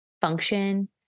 function